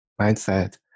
mindset